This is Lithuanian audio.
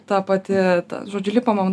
ta pati žodžiu lipa mum